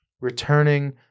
returning